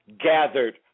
gathered